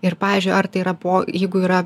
ir pavyzdžiui ar tai yra po jeigu yra